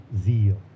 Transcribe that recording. zeal